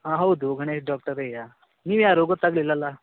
ಹಾಂ ಹೌದು ಗಣೇಶ್ ಡಾಕ್ಟರೆಯ ನೀವು ಯಾರು ಗೊತ್ತಾಗ್ಲಿಲ್ಲಲ್ಲ